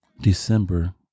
December